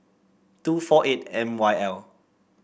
two four eight M Y L